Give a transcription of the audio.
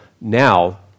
Now